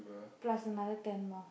plus another ten more